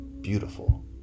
beautiful